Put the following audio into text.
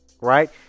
right